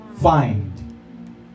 find